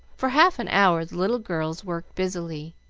for half an hour the little girls worked busily,